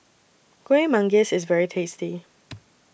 Kuih Manggis IS very tasty